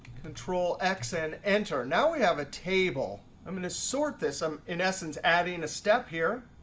control x and enter. now we have a table. i'm going to sort this. i'm in essence adding a step here.